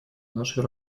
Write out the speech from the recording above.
нашей